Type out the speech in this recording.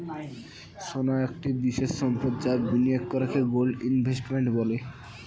সোনা একটি বিশেষ সম্পদ যা বিনিয়োগ করাকে গোল্ড ইনভেস্টমেন্ট বলে